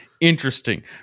Interesting